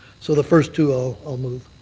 so the first two i'll i'll move.